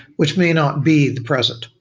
which may not be the present.